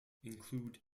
include